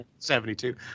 72